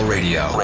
Radio